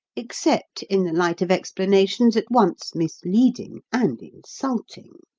except in the light of explanations at once misleading and insulting.